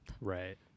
Right